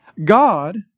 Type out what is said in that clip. God